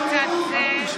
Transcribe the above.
יש בירוחם?